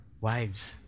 wives